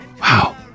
wow